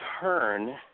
turn